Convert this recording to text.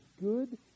good